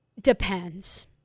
Depends